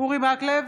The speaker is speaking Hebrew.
אורי מקלב,